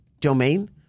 Domain